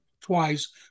twice